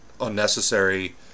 unnecessary